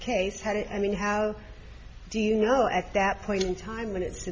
case had it i mean how do you know at that point in time when it's